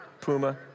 puma